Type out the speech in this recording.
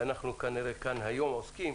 ואנחנו כאן היום עוסקים